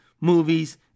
movies